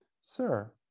Sir